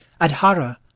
Adhara